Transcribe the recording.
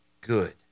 good